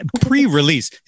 pre-release